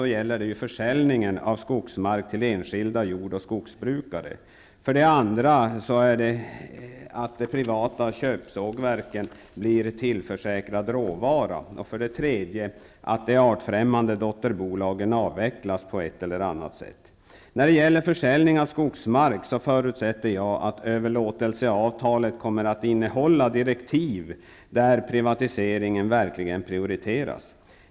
Det gäller för det första försäljningen av skogsmark till enskilda jord och skogsbrukare, för det andra att de privata köpsågverken blir tillförsäkrande råvara och för det tredje att de artfrämmande dotterbolagen på ett eller annat sätt avvecklas. Vid försäljningen av skogsmark förutsätter jag att överlåtelseavtalet kommer att innehålla direktiv som innebär att privatisering verkligen prioriteras.